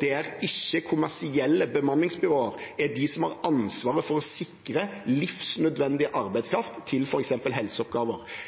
der ikke-kommersielle bemanningsbyråer er de som har ansvaret for å sikre livsnødvendig arbeidskraft til f.eks. helseoppgaver.